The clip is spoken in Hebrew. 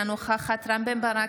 אינה נוכחת רם בן ברק,